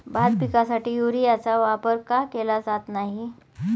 भात पिकासाठी युरियाचा वापर का केला जात नाही?